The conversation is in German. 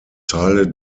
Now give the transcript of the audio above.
teile